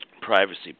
privacy